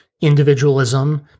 individualism